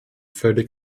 völlig